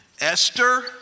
Esther